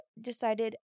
decided